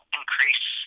increase